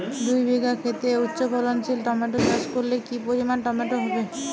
দুই বিঘা খেতে উচ্চফলনশীল টমেটো চাষ করলে কি পরিমাণ টমেটো হবে?